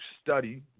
study